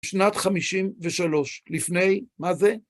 שנת חמישים ושלוש. לפני, מה זה?